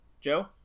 Joe